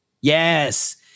Yes